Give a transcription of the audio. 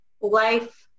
life